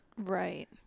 right